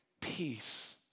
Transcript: Peace